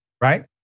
Right